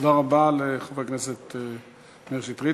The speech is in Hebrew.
תודה רבה לחבר הכנסת מאיר שטרית.